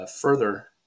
further